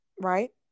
right